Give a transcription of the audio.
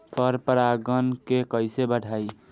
पर परा गण के कईसे बढ़ाई?